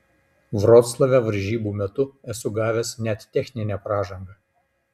vroclave varžybų metu esu gavęs net techninę pražangą